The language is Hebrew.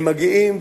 הם מגיעים,